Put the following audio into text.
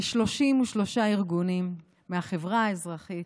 ל-33 ארגונים מהחברה האזרחית.